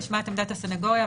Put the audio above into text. נשמעת עמדת הסנגוריה,